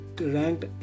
ranked